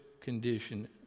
condition